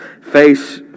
face